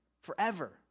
forever